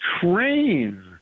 train